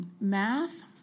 Math